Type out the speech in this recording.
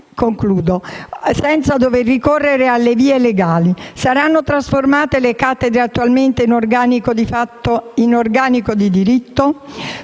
giuridica, senza dover ricorrere alle vie legali. Saranno trasformate le cattedre attualmente in organico di fatto